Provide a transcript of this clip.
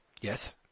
Yes